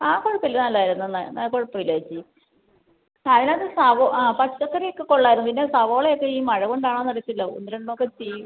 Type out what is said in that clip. ആ കുഴപ്പമില്ല നല്ലതായിരുന്നു നന്നാ ആ കുഴപ്പമില്ല ചേച്ചി അതിനകത്ത് സവാ ആ പച്ചക്കറി ഒക്കെ കൊള്ളാമായിരുന്നു പിന്നെ സവാള ഒക്കെ ഈ മഴ കൊണ്ടാണോ എന്ന് അറിയില്ല ഒന്ന് രണ്ടെണ്ണം ഒക്കെ ചീഞ്ഞ്